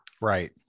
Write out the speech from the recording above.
Right